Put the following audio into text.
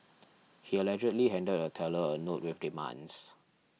he allegedly handed a teller a note with demands